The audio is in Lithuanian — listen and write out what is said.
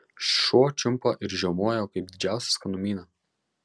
šuo čiumpa ir žiaumoja kaip didžiausią skanumyną